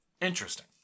Interesting